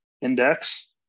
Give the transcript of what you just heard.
index